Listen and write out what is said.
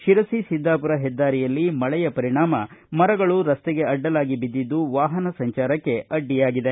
ಶಿರಸಿ ಸಿದ್ದಾಪುರ ಹೆದ್ದಾರಿಯಲ್ಲಿ ಮಳೆಯ ಪರಿಣಾಮ ಮರಗಳು ಅಡ್ಡಲಾಗಿ ಬಿದ್ದಿದ್ದು ವಾಹನ ಸಂಚಾರಕ್ಕೆ ಅಡ್ಡಿ ಉಂಟಾಗಿದೆ